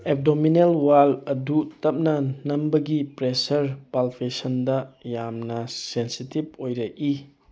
abdominal wall ꯑꯗꯨ ꯇꯞꯅ ꯅꯝꯕꯒꯤ ꯄ꯭ꯔꯦꯁꯔ ꯄꯥꯜꯄꯦꯁꯟꯗ ꯌꯥꯝꯅ ꯁꯦꯟꯁꯤꯇꯤꯕ ꯑꯣꯏꯔꯛꯏ